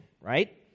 right